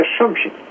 assumption